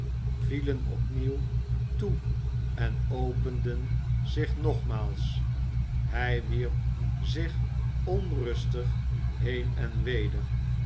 vielen opnieuw toe en openden zich nogmaals hij wierp zich onrustig heen en weder